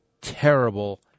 terrible